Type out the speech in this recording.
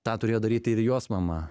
tą turėjo daryti ir jos mama